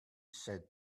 said